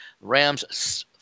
Rams